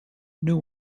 new